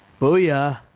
Booyah